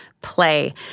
play